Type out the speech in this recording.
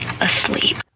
asleep